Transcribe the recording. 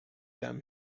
them